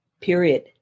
period